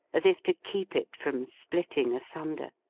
as if to keep it from splitting asunder.